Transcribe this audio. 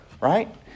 right